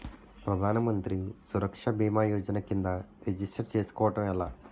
ప్రధాన మంత్రి సురక్ష భీమా యోజన కిందా రిజిస్టర్ చేసుకోవటం ఎలా?